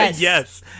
Yes